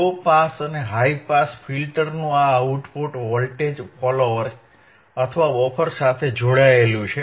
લો pass અને high pass ફિલ્ટરનું આ આઉટપુટ વોલ્ટેજ ફોલોઅર અથવા બફર સાથે જોડાયેલ છે